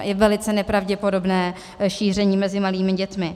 Je velice nepravděpodobné šíření mezi malými dětmi.